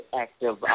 active